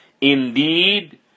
Indeed